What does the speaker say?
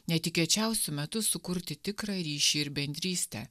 netikėčiausiu metu sukurti tikrą ryšį ir bendrystę